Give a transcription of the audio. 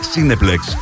Cineplex